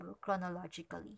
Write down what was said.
chronologically